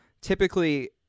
typically